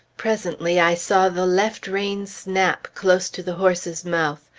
presently i saw the left rein snap close to the horse's mouth.